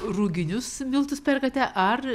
ruginius miltus perkate ar